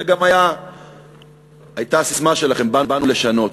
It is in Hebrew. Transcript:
זו גם הייתה הססמה שלכם: באנו לשנות.